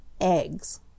eggs